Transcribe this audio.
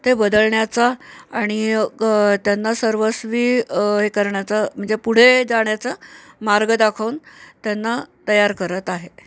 ते बदलण्याचा आणि त्यांना सर्वस्वी हे करण्याचा म्हणजे पुढे जाण्याचा मार्ग दाखवून त्यांना तयार करत आहे